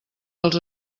dels